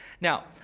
Now